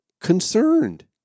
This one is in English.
concerned